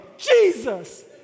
Jesus